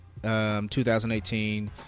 2018